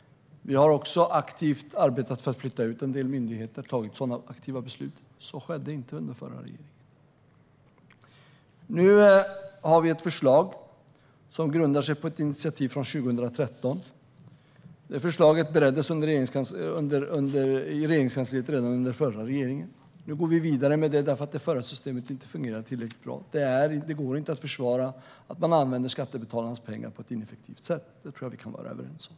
Vi har också arbetat aktivt för att flytta ut en del myndigheter och fattat sådana beslut. Så skedde inte under den förra regeringen. Nu har vi ett förslag som grundar sig på ett initiativ från 2013. Det förslaget bereddes i Regeringskansliet redan under den förra regeringen. Nu går vi vidare med det förslaget eftersom det förra systemet inte fungerade tillräckligt bra. Det går inte att försvara att man använder skattebetalarnas pengar på ett ineffektivt sätt; det tror jag att vi kan vara överens om.